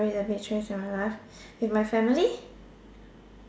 how do I my life with my family